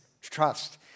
trust